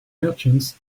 merchants